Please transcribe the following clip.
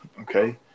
okay